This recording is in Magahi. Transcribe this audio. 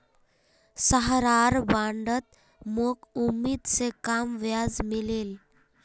सहारार बॉन्डत मोक उम्मीद स कम ब्याज मिल ले